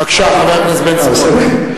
בבקשה, חבר הכנסת בן-סימון.